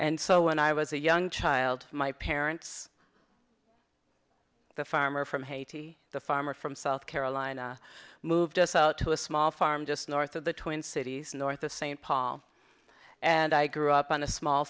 and so when i was a young child my parents the farmer from haiti the farmer from south carolina moved us out to a small farm just north of the twin cities north of st paul and i grew up on a small